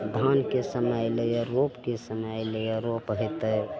धानके समय अएलैए रोपके समय अएलैए रोप हेतै